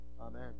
Amen